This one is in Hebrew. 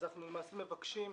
אנחנו מבקשים,